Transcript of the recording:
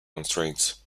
constraints